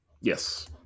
Yes